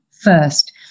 first